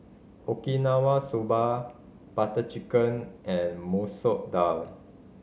Okinawa Soba Butter Chicken and Masoor Dal